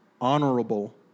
honorable